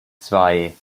zwei